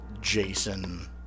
...Jason